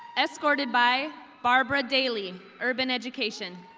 escorted by barba daley, urban education.